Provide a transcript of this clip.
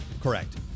Correct